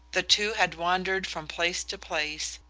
the two had wandered from place to place,